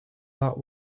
that